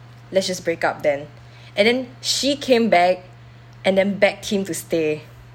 let's break up then and then she came back and then begged him to stay